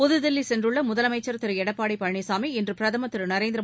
புதுதில்லி சென்றுள்ள முதலமைச்சா் திரு எடப்பாடி பழனிசாமி இன்று பிரதமா் திரு நரேந்திர